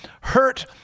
hurt